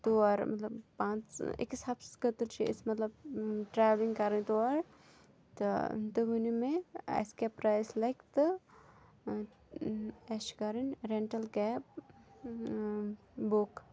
تور مطلب پانٛژھ أکِس ہفتَس خٲطرٕ چھِ أسۍ مطلب ٹرٛیولِنٛگ کَرٕنۍ تور تہٕ تُہۍ ؤنِو مےٚ اَسہِ کیٛاہ پرٛایس لَگہِ تہٕ اَسہِ چھِ کَرٕنۍ رٮ۪نٹَل کیب بُک